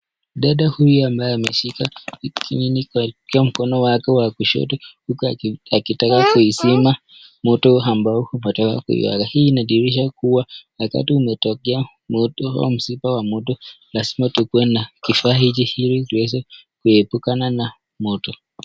Dada huyu ambaye ameshika kimiminiko kwa mkono wake wa kushoto huku akitaka kuizima moto ambao unataka kuiwaka. Hii inadhihirisha kuwa wakati umetokea moto au msiba wa moto, lazima tukuwe na kifaa hiki ili tuweze kuepukana na moto.